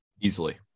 Easily